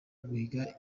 guhiga